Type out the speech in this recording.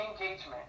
Engagement